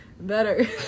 Better